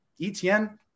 ETN